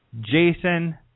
Jason